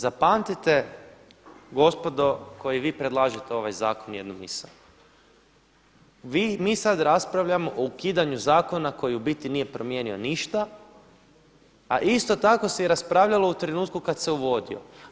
Zapamtite gospodo koji vi predlažete ovaj zakon jednu misao, mi sad raspravljamo o ukidanju zakona koji u biti nije promijenio ništa, a isto tako se i raspravljalo u trenutku kad se uvodio.